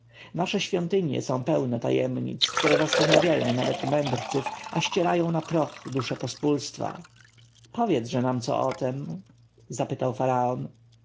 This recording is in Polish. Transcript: nasze świątynie są pełne tajemnic które zastanawiają nawet mędrców a ścierają na proch duszę pospólstwa powiedz-że nam co o tem zapytał faraon